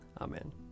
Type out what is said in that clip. Amen